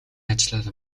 ажлаар